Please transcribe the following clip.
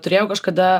turėjau kažkada